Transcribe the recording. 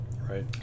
Right